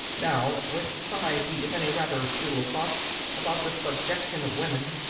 now, when society is in a rather futile fuss about the subjection of women,